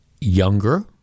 younger—